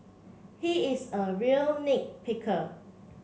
he is a real nit picker